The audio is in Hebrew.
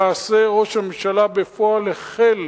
למעשה ראש הממשלה בפועל החל